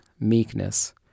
meekness